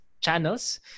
channels